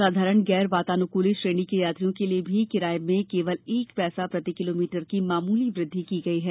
साधारण गैर वातानुकूलित श्रेणी के यात्रियों के लिए भी किराए में केवल एक पैसा प्रति किलोमीटर की मामूली वृद्धि की गई है